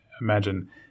imagine